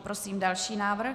Prosím další návrh.